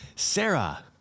Sarah